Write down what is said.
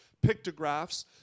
pictographs